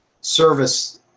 service